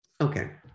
Okay